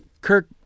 Kirk